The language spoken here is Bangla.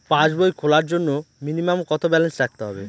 পাসবই খোলার জন্য মিনিমাম কত ব্যালেন্স রাখতে হবে?